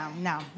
no